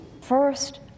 first